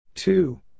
Two